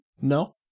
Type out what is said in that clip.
No